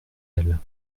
elles